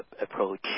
approach